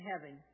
heaven